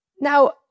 Now